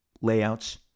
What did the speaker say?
layouts